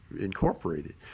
incorporated